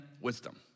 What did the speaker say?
wisdom